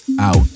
out